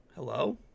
Hello